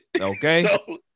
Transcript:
Okay